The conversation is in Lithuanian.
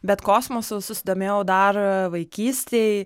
bet kosmosu susidomėjau dar vaikystėj